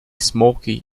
smoki